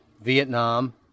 Vietnam